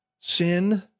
Sin